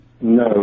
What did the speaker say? No